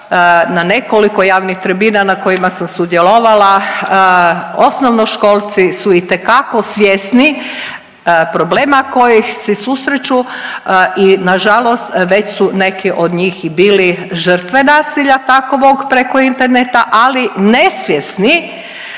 na nekoliko javnih tribina na kojima sam sudjelovala osnovnoškolci su itekako svjesni problema kojih se susreću i nažalost već su neki od njih i bili žrtve nasilja takvog preko interneta ali nesvjesni